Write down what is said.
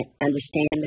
understand